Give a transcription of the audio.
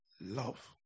love